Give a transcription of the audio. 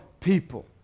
people